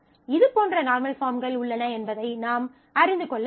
இதுபோன்ற நார்மல் பாஃர்ம்கள் உள்ளன என்பதை நாம் அறிந்து கொள்ள வேண்டும்